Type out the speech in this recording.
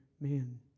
man